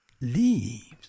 leaves